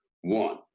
One